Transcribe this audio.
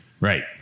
Right